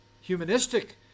humanistic